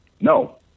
No